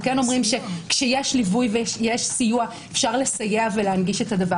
כשיש ליווי וסיוע, אפשר לסייע ולהנגיש את זה.